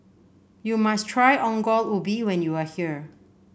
you must try Ongol Ubi when you are here